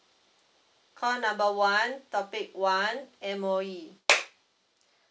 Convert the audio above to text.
part number one topic one M_O_E